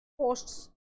posts